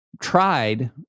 tried